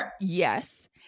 Yes